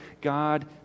God